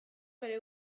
bere